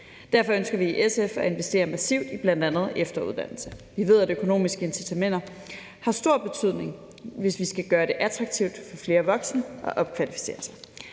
Derfor ønsker vi i SF at investere massivt i bl.a. efteruddannelse. Vi ved, at økonomiske incitamenter har stor betydning, hvis vi skal gøre det attraktivt for flere voksne at blive opkvalificeret.